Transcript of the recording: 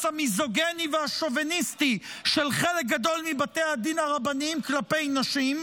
המיזוגיני והשוביניסטי של חלק גדול מבתי הדין הרבניים כלפי נשים,